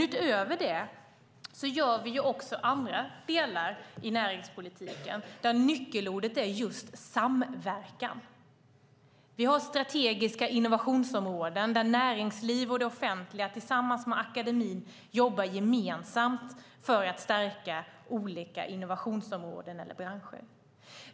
Utöver det gör vi också andra saker inom näringspolitiken, och där är nyckelordet samverkan. Vi har strategiska innovationsområden. Det innebär att näringslivet och det offentliga jobbar gemensamt med akademin för att stärka olika innovationsområden eller branscher.